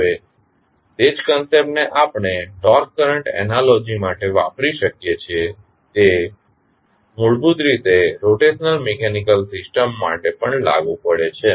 હવે તે જ કંસેપ્ટ ને આપણે ટોર્ક કરંટ એનાલોજી માટે વાપરી શકીએ છીએ તે મૂળભૂત રીતે રોટેશનલ મિકેનિકલ સિસ્ટમ માટે પણ લાગુ પડે છે